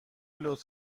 لطف